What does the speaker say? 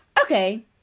Okay